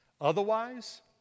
Otherwise